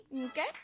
okay